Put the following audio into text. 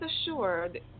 assured